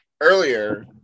earlier